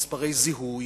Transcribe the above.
עם מספרי זיהוי,